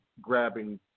grabbing